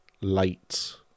late